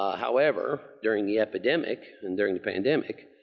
however, during the epidemic and during the pandemic,